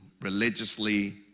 religiously